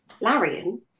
larian